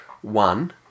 one